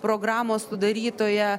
programos sudarytoja